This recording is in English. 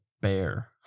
bear